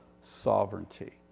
sovereignty